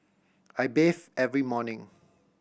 I bathe every morning